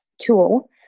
tool